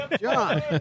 John